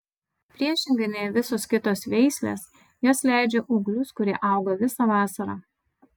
priešingai nei visos kitos veislės jos leidžia ūglius kurie auga visą vasarą